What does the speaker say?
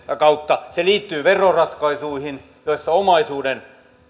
kautta se liittyy veroratkaisuihin joissa omaisuuden